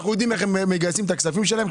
אנחנו יודעים איך הם מגייסים את הכספים שלהם.